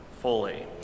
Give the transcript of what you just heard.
fully